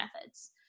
methods